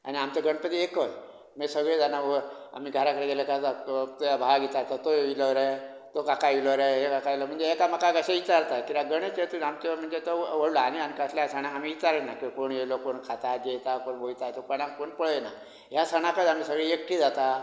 आनी आमचो गणपती एकत मागी सगळीं जाणां व आमी घराकडे गेले कांय त्या भावाक विचारता तो येयलो रे तो काका येयलो रे हें काका येयलो म्हणजे एकामेकांक अशें विचारता कित्याक गणेश चतुर्थी आमचो म्हणजे तो व्हडलो आनी आमी कसल्या सणाक आमी विचारीना की कोण येयलो कोण खातां जेयतां कोण वयता तो कोणाक पळयना ह्या सणाकत आमी सगळीं एकठीं जाता